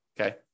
okay